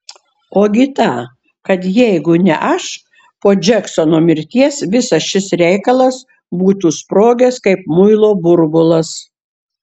ogi tą kad jeigu ne aš po džeksono mirties visas šis reikalas būtų sprogęs kaip muilo burbulas